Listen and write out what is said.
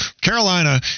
Carolina